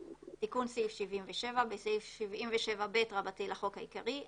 תיקון סעיף 778. בסעיף 77ב לחוק העיקרי,